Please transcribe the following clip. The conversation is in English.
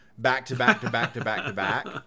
Back-to-back-to-back-to-back-to-back